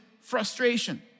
frustration